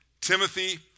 Timothy